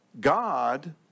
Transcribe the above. God